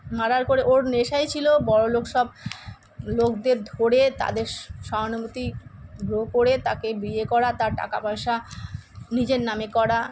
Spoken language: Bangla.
মার্ডার করে ওর নেশাই ছিল বড়লোক সব লোকদের ধরে তাদের স সহানুভূতি গ্রো করে তাকে বিয়ে করা তার টাকাপয়সা নিজের নামে করা